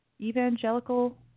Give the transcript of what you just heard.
evangelical